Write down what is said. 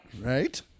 Right